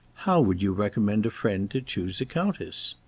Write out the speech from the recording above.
how would you recommend a friend to choose a countess?